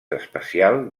especial